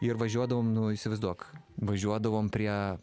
ir važiuodavom nu įsivaizduok važiuodavom prie